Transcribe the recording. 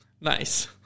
Nice